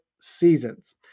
seasons